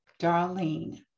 Darlene